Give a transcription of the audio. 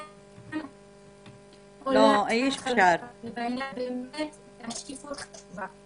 דפנה, לא שומעים אותך.